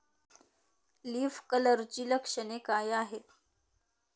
Leaf कर्लची लक्षणे काय आहेत?